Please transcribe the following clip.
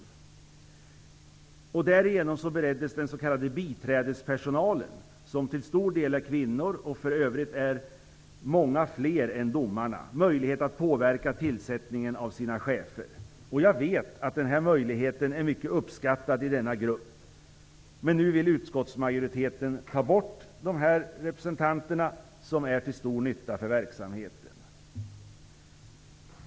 Därigenom bereddes den s.k. biträdespersonalen -- som till stor del är kvinnor, och för övrigt är många fler än domarna -- möjlighet att påverka tillsättningen av sina chefer. Jag vet att denna möjlighet är mycket uppskattad i denna grupp. Nu vill utskottsmajoriteten ta bort dessa representanter, som är till stor nytta för verksamheten.